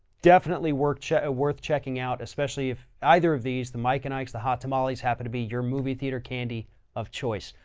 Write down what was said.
definitely worth, worth checking out, especially if either of these, the mike and ike's, the hot tamales happen to be your movie theater candy of choice.